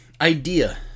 idea